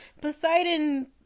Poseidon